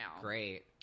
Great